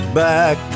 back